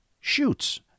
shoots